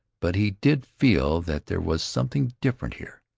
but he did feel that there was something different here.